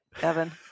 Evan